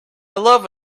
love